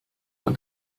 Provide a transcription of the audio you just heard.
that